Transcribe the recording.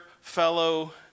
fellow